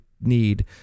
need